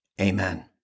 Amen